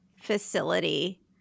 facility